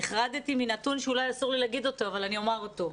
נחרדתי מנתון שאולי אסור לי להגיד אותו אבל אני אומר אותו,